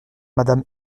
madame